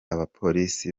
abapolisi